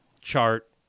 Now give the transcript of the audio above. chart